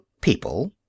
people